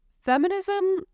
feminism